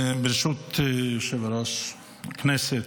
ברשות יושב-ראש הכנסת,